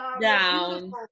down